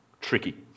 tricky